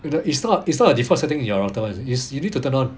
it's not it's not it's not a default setting in your laptop [one] as is you need to turn on